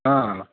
हा